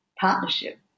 partnership